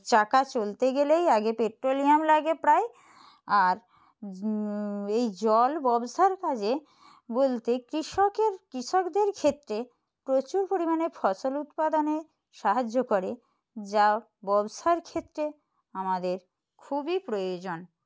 চাকা চলতে গেলেই আগে পেট্রোলিয়াম লাগে প্রায় আর এই জল ব্যবসার কাজে বলতে কৃষকের কৃষকদের ক্ষেত্রে প্রচুর পরিমাণে ফসল উৎপাদনে সাহায্য করে যা ব্যবসার ক্ষেত্রে আমাদের খুবই প্রয়োজন